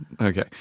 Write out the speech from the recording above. okay